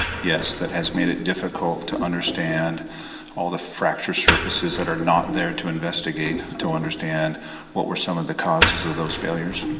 yes that has made it difficult to understand all the fracture surfaces that are not there to investigate, to understand what were some of the causes of those failure.